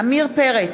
עמיר פרץ,